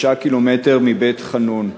3 ק"מ מבית-חנון,